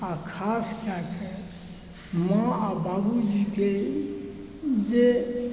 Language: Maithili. आ खासकें कऽ माँ आ बाबूजीकें जे